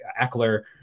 Eckler